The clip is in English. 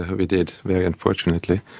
ah we did, very unfortunately.